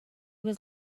was